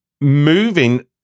Moving